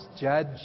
judge